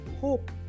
hope